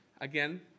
again